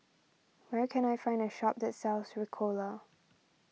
where can I find a shop that sells Ricola